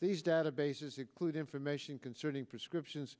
these databases include information concerning prescriptions